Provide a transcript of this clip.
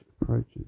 approaches